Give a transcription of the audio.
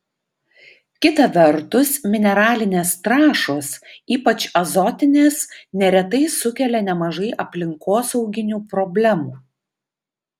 kita vertus mineralinės trąšos ypač azotinės neretai sukelia nemažai aplinkosauginių problemų